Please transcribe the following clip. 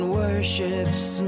worships